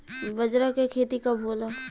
बजरा के खेती कब होला?